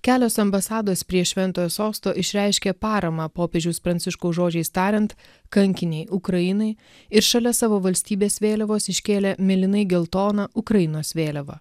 kelios ambasados prie šventojo sosto išreiškė paramą popiežiaus pranciškaus žodžiais tariant kankiniai ukrainai ir šalia savo valstybės vėliavos iškėlė mėlynai geltoną ukrainos vėliavą